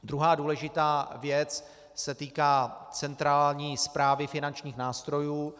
Druhá důležitá věc se týká centrální správy finančních nástrojů.